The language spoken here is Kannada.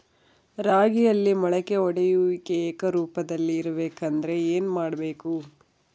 ರಾಗಿಯಲ್ಲಿ ಮೊಳಕೆ ಒಡೆಯುವಿಕೆ ಏಕರೂಪದಲ್ಲಿ ಇರಬೇಕೆಂದರೆ ಏನು ಮಾಡಬೇಕು?